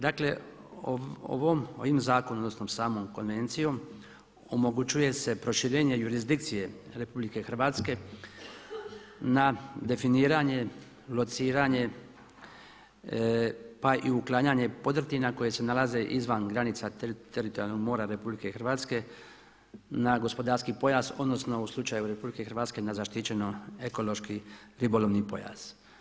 Dakle, ovim zakonom odnosno samom konvencijom, omogućuje se proširenje jurisdikcije RH na definiranje, lociranje pa i uklanjanje podrtina koje se nalaze izvan granica teritorijalnog mora RH na gospodarski pojas odnosno u slučaju RH na zaštićeno ekološki-ribolovni pojas.